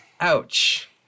Ouch